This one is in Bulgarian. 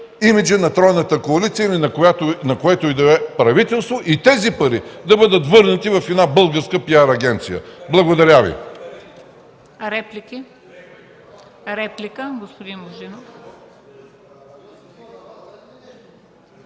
имиджа на тройната коалиция или на което и да е правителство и тези пари да бъдат върнати в една българска PR агенция”. Благодаря Ви.